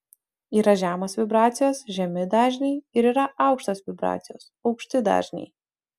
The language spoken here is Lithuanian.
yra žemos vibracijos žemi dažniai ir yra aukštos vibracijos aukšti dažniai